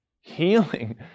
healing